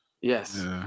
Yes